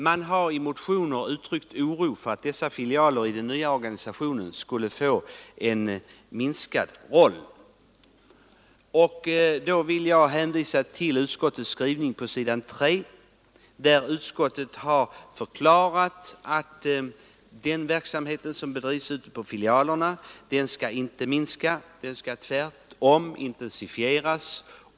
Man har i motioner uttryckt oro för att dessa filialer i den nya organisationen skulle få en minskad roll. Då vill jag hänvisa till utskottets skrivning på s. 3, där utskottet har förklarat att den verksamhet som bedrivs ute på filialerna inte skall minska utan i stället intensifieras.